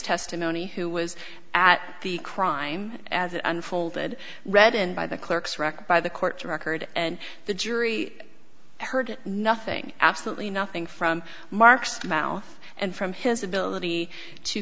testimony who was at the crime as it unfolded read and by the clerk's record by the court record and the jury heard nothing absolutely nothing from mark's mouth and from his ability to